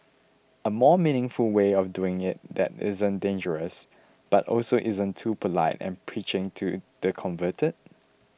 a more meaningful way of doing it that isn't dangerous but also isn't too polite and preaching to the converted